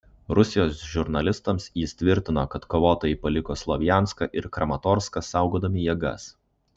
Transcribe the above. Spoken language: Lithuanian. rusijos žurnalistams jis tvirtino kad kovotojai paliko slovjanską ir kramatorską saugodami jėgas